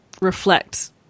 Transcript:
reflect